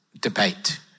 debate